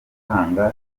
gutanga